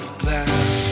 glass